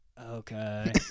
okay